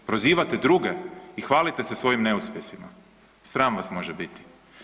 Prozivate druge i hvalite se svojim neuspjesima, sram vas može biti.